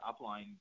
upline